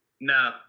No